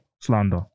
slander